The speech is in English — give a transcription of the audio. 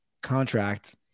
contract